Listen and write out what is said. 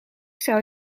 zou